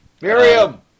miriam